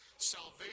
Salvation